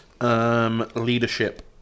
Leadership